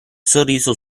sorriso